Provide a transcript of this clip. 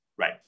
Right